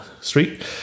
street